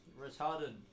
retarded